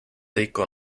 take